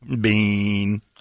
Bean